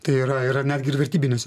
tai yra yra netgi vertybiniuose